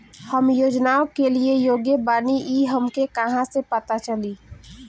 हम योजनाओ के लिए योग्य बानी ई हमके कहाँसे पता चली?